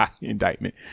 indictment